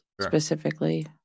specifically